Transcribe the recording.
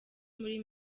muri